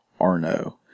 Arno